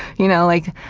you know like,